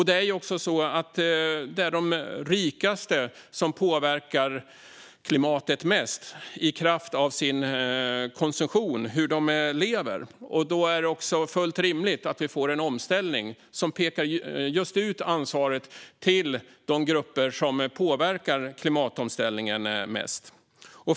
Det är ju också så att det är de rikaste som påverkar klimatet mest i kraft av sin konsumtion och hur de lever. Då är det också fullt rimligt att vi får en omställning som pekar ut ansvaret till de grupper som påverkar klimatomställningen mest.